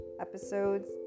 Episodes